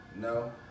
No